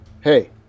Hey